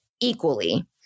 equally